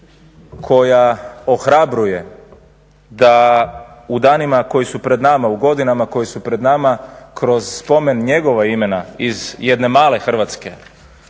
koja ohrabruje da u danima koji su pred nama, u godinama koje su pred nama kroz spomen njegova imena iz jedne male Hrvatske,